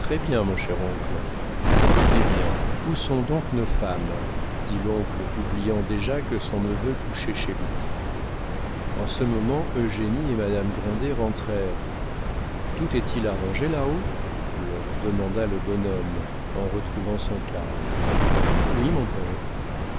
bien mon cher oncle hé bien où sont donc nos femmes dit l'oncle oubliant déjà que son neveu couchait chez lui en ce moment eugénie et madame grandet rentrèrent tout est-il arrangé là-haut leur demanda le bonhomme en retrouvant son calme oui mon père